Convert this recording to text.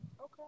Okay